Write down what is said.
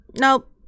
Nope